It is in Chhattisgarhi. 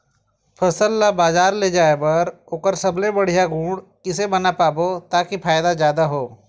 फसल ला बजार ले जाए बार ओकर सबले बढ़िया गुण कैसे बना पाबो ताकि फायदा जादा हो?